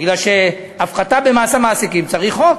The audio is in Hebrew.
בגלל שהפחתה במס המעסיקים צריכה חוק,